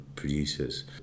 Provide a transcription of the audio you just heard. producers